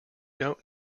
don’t